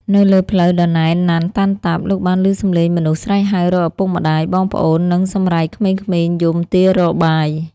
នៅលើផ្លូវដ៏ណែនណាន់តាន់តាប់ លោកបានឮសំឡេងមនុស្សស្រែកហៅរកឪពុកម្តាយ បងប្អូន និងសម្រែកក្មេងៗយំទាររកបាយ។